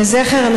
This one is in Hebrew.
בבקשה.